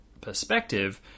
perspective